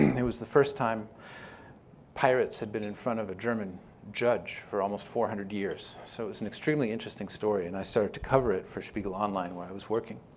it was the first time pirates had been in front of a german judge for almost four hundred years. so it was an extremely interesting story, and i started to cover it for spiegel online where i was working.